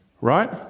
right